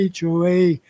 HOA